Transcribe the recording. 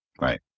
Right